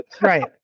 right